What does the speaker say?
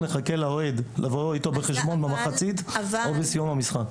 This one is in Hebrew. נחכה לאוהד לבוא איתו בחשבון במחצית או בסיום המשחק.